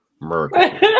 Murder